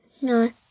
No